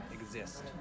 exist